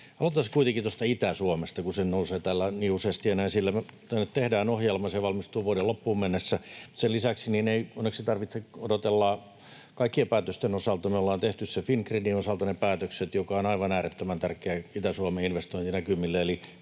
aloitetaan kuitenkin tuosta Itä-Suomesta, kun se nousee täällä niin useasti aina esille. Me tehdään ohjelma, se valmistuu vuoden loppuun mennessä. Sen lisäksi ei onneksi tarvitse odotella kaikkien päätösten osalta. Me ollaan tehty ne päätökset Fingridin osalta, joka on aivan äärettömän tärkeä Itä-Suomen investointinäkymille.